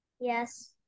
Yes